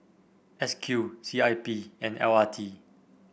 S Q C I P and L R T